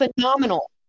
phenomenal